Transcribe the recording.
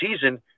season